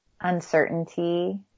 uncertainty